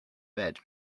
bed